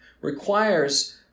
requires